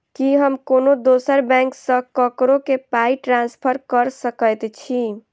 की हम कोनो दोसर बैंक सँ ककरो केँ पाई ट्रांसफर कर सकइत छि?